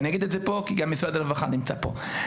ואני אגיד את זה כי גם משרד הרווחה נמצא פה.